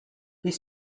his